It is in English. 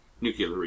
nuclear